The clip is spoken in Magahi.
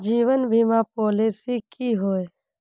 जीवन बीमा पॉलिसी की होय?